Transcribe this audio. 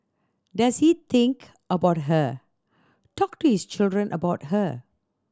does he think about her talk to his children about her